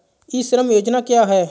ई श्रम योजना क्या है?